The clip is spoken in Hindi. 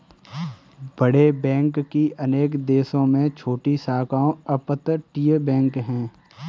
बड़े बैंक की अनेक देशों में छोटी शाखाओं अपतटीय बैंक है